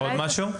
עוד משהו?